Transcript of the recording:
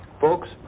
Folks